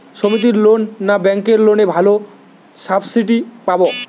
সমিতির লোন না ব্যাঙ্কের লোনে ভালো সাবসিডি পাব?